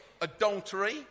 adultery